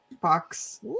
box